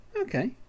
Okay